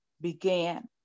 began